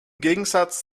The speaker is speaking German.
gegensatz